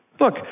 Look